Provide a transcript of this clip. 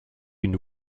une